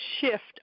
shift